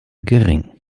gering